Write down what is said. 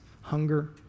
hunger